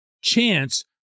chance